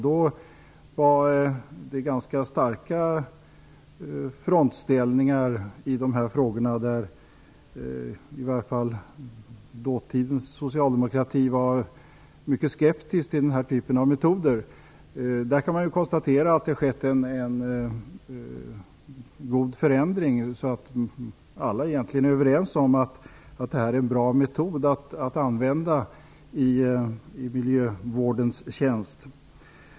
Då var det ganska starka frontställningar i dessa frågor, där i varje fall dåtidens socialdemokrati var mycket skeptisk till den här typen av metoder. Nu kan vi konstatera att det där skett en god förändring så att alla egentligen är överens om att det är en bra metod att använda i miljövårdens tjänst.